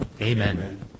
Amen